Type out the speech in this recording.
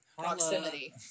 Proximity